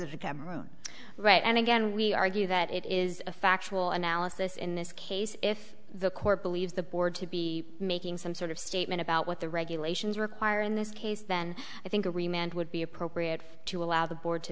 as a come room right and again we argue that it is a factual analysis in this case if the court believes the board to be making some sort of statement about what the regulations require in this case then i think agreement would be appropriate to allow the board to